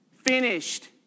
finished